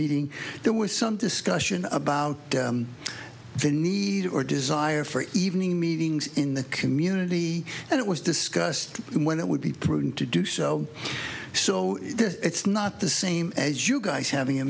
meeting there was some discussion about the need or desire for evening meetings in the community and it was discussed when it would be prudent to do so so it's not the same as you guys having a